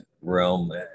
realm